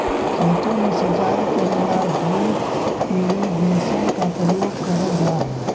खेतों में सिंचाई करे ला ड्रिप इरिगेशन का प्रयोग करल जा हई